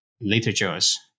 literatures